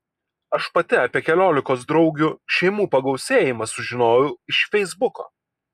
aš pati apie keliolikos draugių šeimų pagausėjimą sužinojau iš feisbuko